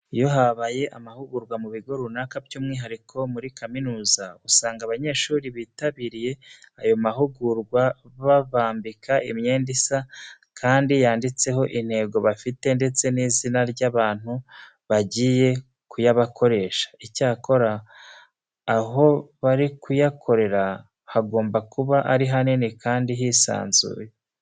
Iyo habaye amahugurwa mu bigo runaka by'umwihariko muri kaminuza, usanga abanyeshuri bitabiriye ayo mahugurwa babambika imyenda isa kandi yanditseho intego bafite ndetse n'izina ry'abantu bagiye kuyabakoresha. Icyakora aho bari kuyakorera hagomba kuba ari hanini kandi hisanzuye.